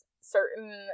certain